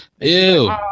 Ew